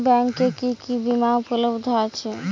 ব্যাংকে কি কি বিমা উপলব্ধ আছে?